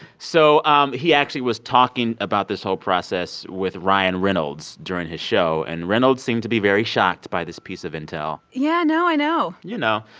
so um he actually was talking about this whole process with ryan reynolds during his show, and reynolds seemed to be very shocked by this piece of intel yeah, no, i know you know?